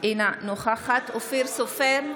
בעד אופיר סופר,